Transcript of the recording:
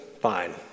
fine